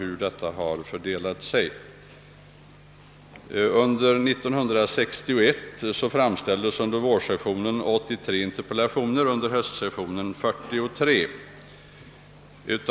År 1961 framställdes under vårsessionen 83 interpellationer och under höstsessionen 43.